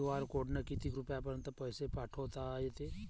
QR कोडनं किती रुपयापर्यंत पैसे पाठोता येते?